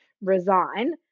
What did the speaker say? resign